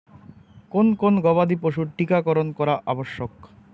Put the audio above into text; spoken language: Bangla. কোন কোন গবাদি পশুর টীকা করন করা আবশ্যক?